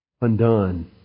undone